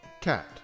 Cat